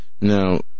Now